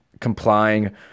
complying